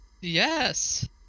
Yes